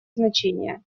значение